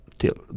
till